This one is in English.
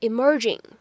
Emerging